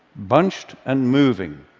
bunched and moving,